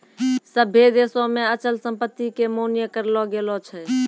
सभ्भे देशो मे अचल संपत्ति के मान्य करलो गेलो छै